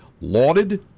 lauded